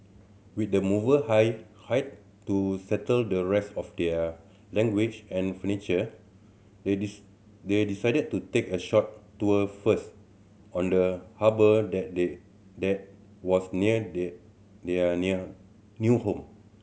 with the mover hired to settle the rest of their language and furniture they they decided to take a short tour first on the harbour that they that was near their near near new home